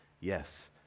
Yes